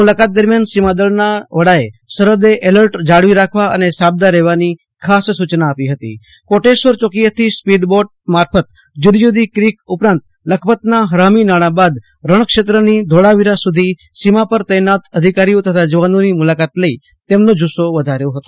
મુલાકાત દરમિયાન સીમાદળનાં વડાએ સરફદે એલર્ટ જાળવી રાખવા અને સાબદા રહેવાની ખાસ સુચના આપી ફતી કોટેશ્વર ચોકીએથી સ્પીડ બોટ મારફત જદી જદી ક્રીક ઉપરાંત લખપતનાં ફરામીનાણા બાદ રણક્ષેત્રની ધોળાવીરા સુધી સીમા પર તૈનાત અધિકારીઓ તથા જવાનોની મુલાકાત લઇ તેમનો જુસ્સો વધાર્યો હતો